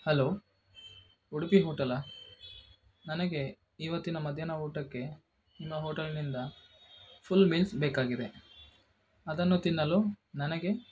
hello Udupi hotel ನನಗೆ ಇವತ್ತಿನ ಮಧ್ಯಾಹ್ನ ಊಟಕ್ಕೆ ನಿಮ್ಮ ಹೋಟಲ್ನಿಂದ ಫುಲ್ ಮೀಲ್ಸ್ ಬೇಕಾಗಿದೆ ಅದನ್ನು ತಿನ್ನಲು ನನಗೆ